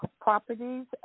properties